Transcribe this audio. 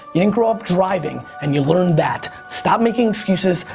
you didn't grow up driving and you learned that. stop making excuses,